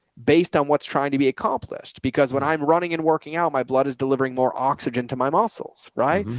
based on, what's trying to be accomplished because when i'm running and working out, my blood is delivering more oxygen to my muscles. right.